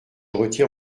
retire